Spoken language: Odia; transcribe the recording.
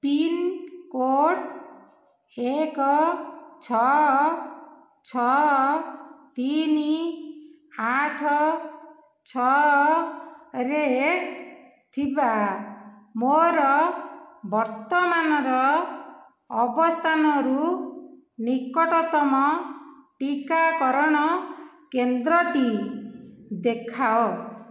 ପିନ୍କୋଡ଼୍ ଏକ ଛଅ ଛଅ ତିନି ଆଠ ଛଅରେ ଥିବା ମୋର ବର୍ତ୍ତମାନର ଅବସ୍ଥାନରୁ ନିକଟତମ ଟିକାକରଣ କେନ୍ଦ୍ରଟି ଦେଖାଅ